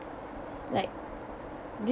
like thi~